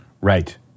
Right